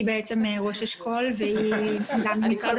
היא ראש אשכול והיא גם ממשרד המשפטים.